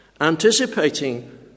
anticipating